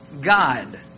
God